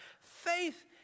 faith